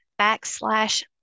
backslash